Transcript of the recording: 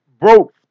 broke